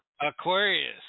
Aquarius